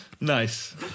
Nice